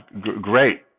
great